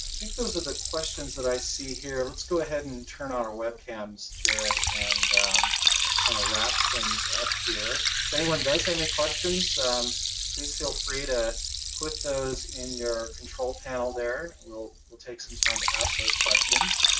think those are the questions that i see here let's go ahead and turn on our webcams jared and and kinda wrap things up here. if anyone does have any questions please feel free to put those in your control panel there, we will take some time to ask those questions.